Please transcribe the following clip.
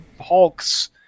hulks